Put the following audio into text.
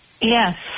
Yes